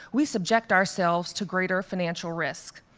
we subject ourselves to greater financial risk.